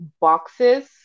boxes